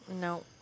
No